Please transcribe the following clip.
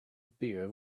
beer